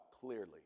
Clearly